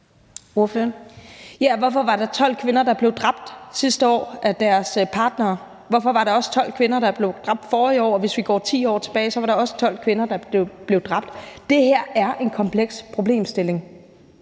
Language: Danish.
Hvorfor var der 12 kvinder, der blev dræbt sidste år af deres partnere? Hvorfor var der også 12 kvinder, der blev dræbt forrige år? Og hvis vi går 10 år tilbage, var der også 12 kvinder, der blev dræbt. Det her er en kompleks problemstilling.